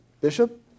bishop